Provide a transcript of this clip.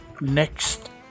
next